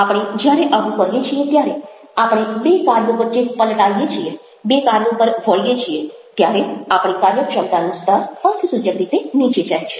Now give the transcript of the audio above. આપણે જ્યારે આવું કરીએ છીએ ત્યારે આપણે બે કાર્યો વચ્ચે પલટાઈએ છીએ બે કાર્યો પર વળીએ છીએ ત્યારે આપણી કાર્યક્ષમતાનું સ્તર અર્થસૂચક રીતે નીચે જાય છે